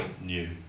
new